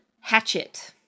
Hatchet